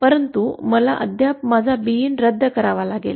परंतु मला अद्याप माझा Bin रद्द करावा लागेल